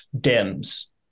dims